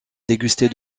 déguster